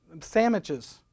sandwiches